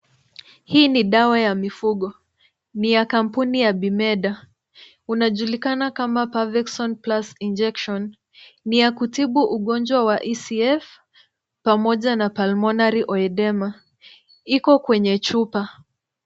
Hii ni dawa ya mifugo. Ni ya kampuni ya Bimeda . Unajulikana kama Parvexon Plus Injection . Ni ya kutibu ugonjwa wa ECF pamoja na Pulmonary Oedema . Iko kwenye chupa.